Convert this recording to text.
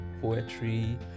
poetry